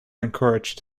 encouraged